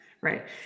Right